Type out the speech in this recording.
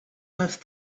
have